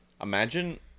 Imagine